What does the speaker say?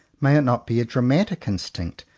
may it not be a dramatic instinct,